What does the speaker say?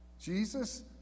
jesus